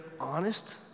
honest